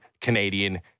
Canadian